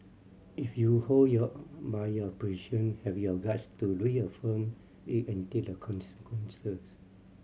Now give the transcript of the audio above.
if you hold your by your position have your guts to reaffirm it and take the consequences